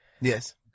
Yes